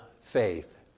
faith